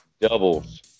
doubles